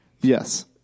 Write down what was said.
Yes